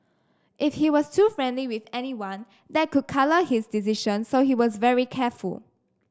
if he was too friendly with anyone that could colour his decision so he was very careful